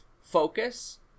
focus